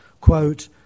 Quote